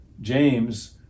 James